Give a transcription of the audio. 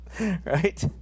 Right